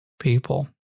people